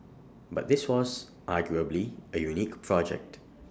but this was arguably A unique project